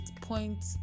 point